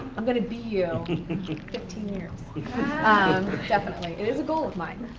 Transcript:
i'm gonna be you in fifteen years. um definitely, it is a goal of mine.